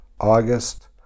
August